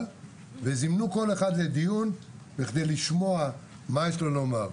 וזימנו כל אחד לדיון בכדי לשמוע מה יש לו לומר.